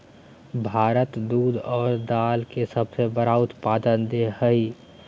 भारत दूध आरो दाल के सबसे बड़ा उत्पादक देश हइ